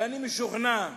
ואני משוכנע,